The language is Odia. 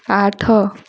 ଆଠ